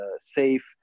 safe